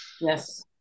Yes